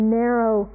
narrow